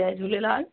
Jay Jhulelal